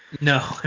No